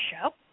show